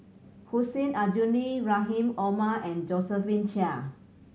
Hussein Aljunied Rahim Omar and Josephine Chia